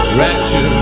rapture